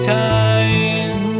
time